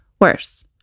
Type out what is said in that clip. worse